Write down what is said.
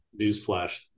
Newsflash